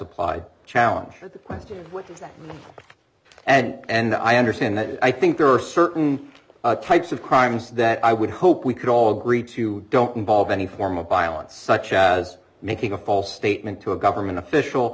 applied challenge the question which is that and i understand that i think there are certain types of crimes that i would hope we could all agree to don't involve any form of violence such as making a false statement to a government official